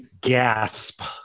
Gasp